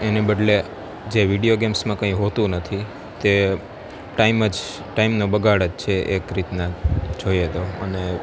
એની બદલે જે વિડીયો ગેમ્સમાં કંઈ હોતું નથી તે ટાઈમ જ ટાઈમને બગાડ જ છે એક રીતના જોઈએ તો અને